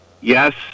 yes